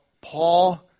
Paul